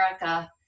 america